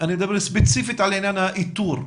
ספציפית על עניין האיתור.